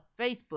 Facebook